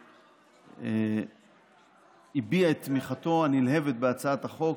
והוא הביע את תמיכתו הנלהבת בהצעת החוק.